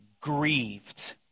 grieved